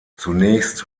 zunächst